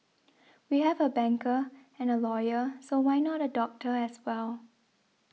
we have a banker and a lawyer so why not a doctor as well